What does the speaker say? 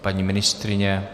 Paní ministryně?